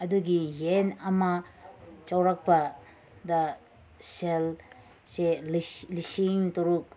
ꯑꯗꯨꯒꯤ ꯌꯦꯟ ꯑꯃ ꯆꯥꯎꯔꯛꯄꯗ ꯁꯦꯜꯁꯦ ꯂꯤꯁꯤꯡ ꯇꯔꯨꯛ